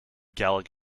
gallic